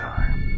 Time